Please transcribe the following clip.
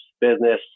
business